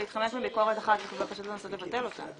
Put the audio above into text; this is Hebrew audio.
להתחמק מביקורת ואחר כך לנסות לבטל אותה.